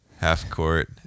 half-court